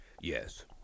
Yes